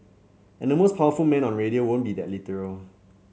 and the most powerful man on radio won't be that literal